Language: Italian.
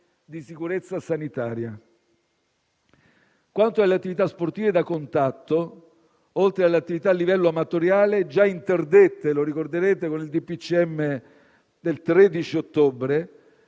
di sicurezza sanitaria. Quanto alle attività sportive da contatto, oltre alle attività a livello amatoriale già interdette - lo ricorderete - con il decreto